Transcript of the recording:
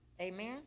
amen